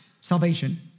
salvation